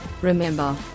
Remember